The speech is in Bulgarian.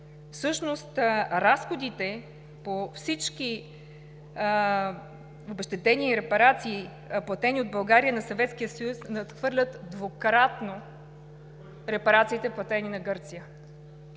всъщност разходите по всички обезщетения, репарации, платени от България на Съветския съюз, надхвърлят двукратно репарациите, платени на Гърция.